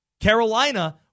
Carolina